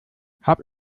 habe